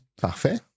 Parfait